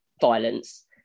violence